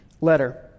letter